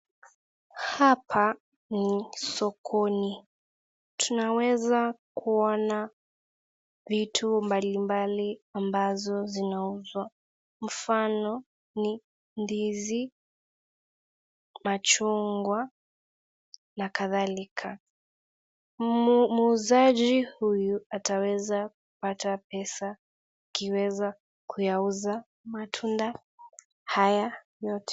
Hapa ni sokoni tunaweza kuona vitu mbali mbali ambazo zinauzwa mfano ni ndizi, machungwa na kadhalika. Muuzaji huyu ataweza kupata pesa akiweza kuyauza matunda haya yote.